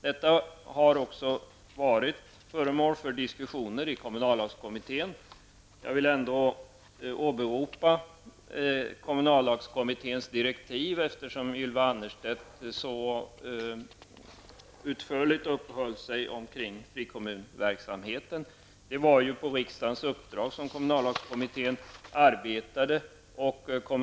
Detta har också varit föremål för diskussion i kommunallagskommittén. Jag vill hänvisa till kommunallagskommitténs direktiv, eftersom Ylva Annerstedt så utförligt uppehöll sig vid frikommunverksamheten. Det var på riksdagens uppdrag som kommunallagskommittén arbetade.